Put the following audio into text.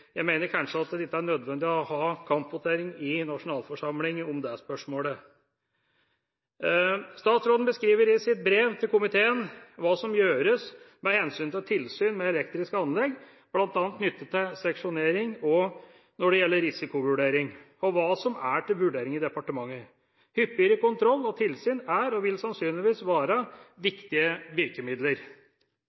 er nødvendig å ha kampvotering i nasjonalforsamlingen om det spørsmålet. Statsråden beskriver i sitt brev til komiteen hva som gjøres med hensyn til tilsyn med elektriske anlegg, bl.a. knyttet til seksjonering og når det gjelder risikovurdering, og hva som er til vurdering i departementet. Hyppigere kontroll og tilsyn er, og vil sannsynligvis være, viktige virkemidler.